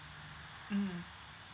mm